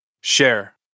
Share